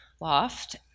loft